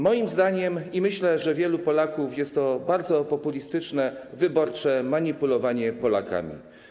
Moim zdaniem, i myślę, że zdaniem wielu Polaków, jest to bardzo populistyczne, wyborcze manipulowanie Polakami.